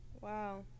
wow